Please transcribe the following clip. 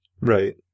Right